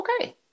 okay